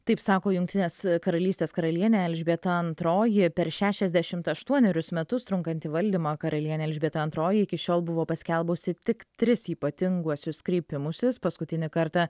taip sako jungtinės karalystės karalienė elžbieta antroji per šešiasdešimt aštuonerius metus trunkantį valdymą karalienė elžbieta antroji iki šiol buvo paskelbusi tik tris ypatinguosius kreipimusis paskutinį kartą